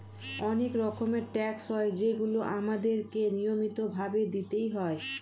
অনেক রকমের ট্যাক্স হয় যেগুলো আমাদের কে নিয়মিত ভাবে দিতেই হয়